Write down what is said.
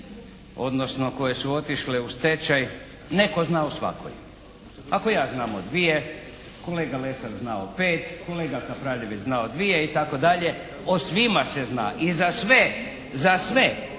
odnosno koje su otišle u stečaj, netko zna o svakoj. Ako ja znam o dvije, kolega Lesar zna o pet, kolega Kapraljević zna o dvije itd., o svima se zna i za sve. Za sve,